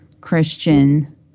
Christian